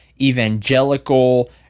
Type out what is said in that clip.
evangelical